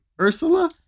Ursula